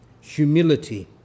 humility